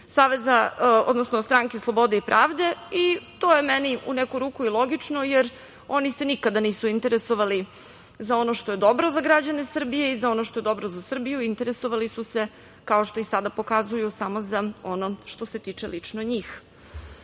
Stranke slobode i pravde i to je meni u neku ruku i logično, jer oni se nikada nisu interesovali za ono što je dobro za građane Srbije i za ono što je dobro za Srbiju, interesovali su se, kao što i sada pokazuju, samo za ono što se tiče lično